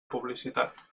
publicitat